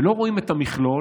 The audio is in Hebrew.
ולא רואים את המכלול,